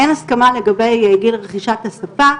אין הסכמה לגבי גיל רכישת השפה,